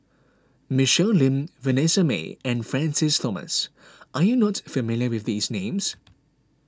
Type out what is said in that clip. Michelle Lim Vanessa Mae and Francis Thomas are you not familiar with these names